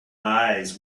eyes